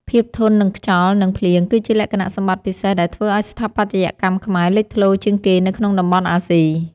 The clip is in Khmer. ភាពធន់នឹងខ្យល់ និង ភ្លៀងគឺជាលក្ខណៈសម្បត្តិពិសេសដែលធ្វើឱ្យស្ថាបត្យកម្មខ្មែរលេចធ្លោជាងគេនៅក្នុងតំបន់អាស៊ី។